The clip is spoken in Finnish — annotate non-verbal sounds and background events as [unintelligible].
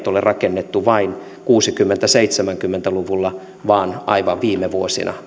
[unintelligible] ole rakennettu vain kuusikymmentä viiva seitsemänkymmentä luvuilla vaan aivan viime vuosina